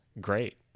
great